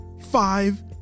five